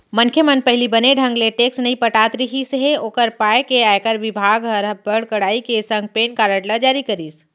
मनखे मन पहिली बने ढंग ले टेक्स नइ पटात रिहिस हे ओकर पाय के आयकर बिभाग हर बड़ कड़ाई के संग पेन कारड ल जारी करिस